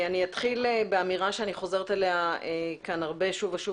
אני אתחיל באמירה שאני חוזרת עליה כאן הרבה שוב ושוב